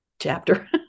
chapter